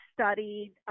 studied